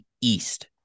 East